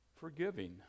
forgiving